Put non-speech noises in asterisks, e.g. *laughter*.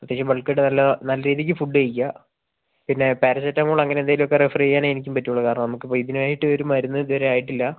ഒത്തിരി *unintelligible* നല്ല നല്ല രീതിക്ക് ഫുഡ് കഴിക്കുക പിന്നെ പാരസെറ്റാമോള് അങ്ങനെയെന്തേലുമൊക്കെ റെഫർ ചെയ്യാനേ എനിക്കും പറ്റുകയുള്ളു കാരണം നമുക്കിപ്പോൾ ഇതിനായിട്ട് ഒരു മരുന്ന് ഇതുവരെ ആയിട്ടില്ല